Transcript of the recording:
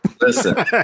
listen